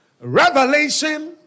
Revelation